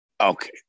Okay